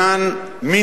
קשורה לעניין מינהלי,